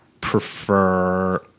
prefer